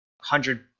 hundred